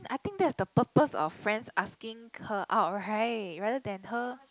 I think that's the purpose of friends asking her out right rather than her